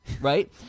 right